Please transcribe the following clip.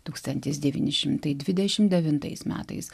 tūkstantis devyni šimtai dvidešim devintais metais